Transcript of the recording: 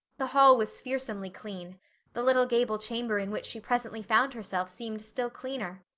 the hall was fearsomely clean the little gable chamber in which she presently found herself seemed still cleaner.